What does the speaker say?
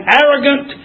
arrogant